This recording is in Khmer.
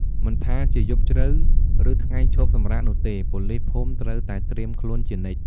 មិនថាជាយប់ជ្រៅ ឬថ្ងៃឈប់សម្រាកនោះទេ ប៉ូលីសភូមិត្រូវតែត្រៀមខ្លួនជានិច្ច។